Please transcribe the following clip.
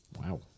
Wow